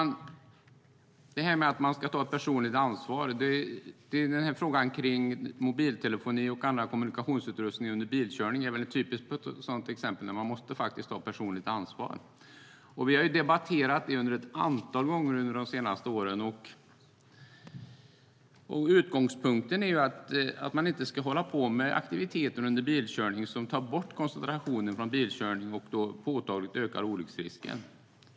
När det gäller att man ska ta personligt ansvar är frågan om mobiltelefoni och annan kommunikationsutrustning under bilkörning ett typiskt exempel. Vi har debatterat det ett antal gånger under de senaste åren. Utgångpunkten är att man under bilkörning inte ska hålla på med aktiviteter som tar bort koncentrationen från bilkörningen och därmed påtagligt ökar olycksrisken.